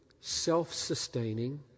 self-sustaining